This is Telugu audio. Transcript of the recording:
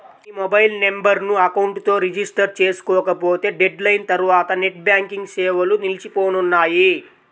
మీ మొబైల్ నెంబర్ను అకౌంట్ తో రిజిస్టర్ చేసుకోకపోతే డెడ్ లైన్ తర్వాత నెట్ బ్యాంకింగ్ సేవలు నిలిచిపోనున్నాయి